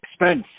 expense